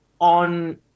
on